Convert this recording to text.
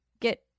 get